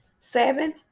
Seven